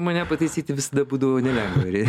mane pataisyti visada būdavo nelengva ir